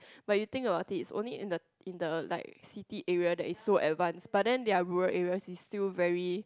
but you think about it is only in the in the like city area that is so advance but then their rural areas is still very